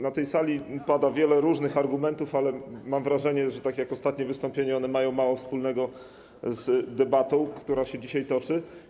Na tej sali pada wiele różnych argumentów, ale mam wrażenie, że - tak jak ostatnie wystąpienie - mają one mało wspólnego z debatą, która się dzisiaj toczy.